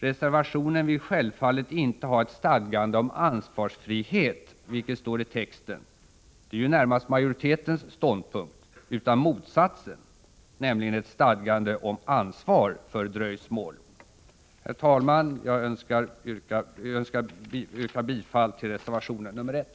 Reservationen vill självfallet inte ha ett stadgande om ansvarsfrihet, som det står i texten — det är ju närmast majoritetens ståndpunkt — utan motsatsen, nämligen ett stadgande om ansvar för dröjsmål. Herr talman! Jag yrkar bifall till reservation 1.